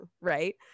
right